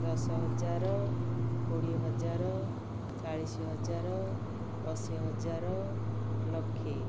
ଦଶ ହଜାର କୋଡ଼ିଏ ହଜାର ଚାଳିଶ ହଜାର ଅଶୀ ହଜାର ଲକ୍ଷ